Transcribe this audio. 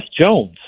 Jones